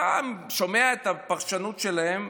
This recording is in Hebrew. אתה שומע את הפרשנות שלהם,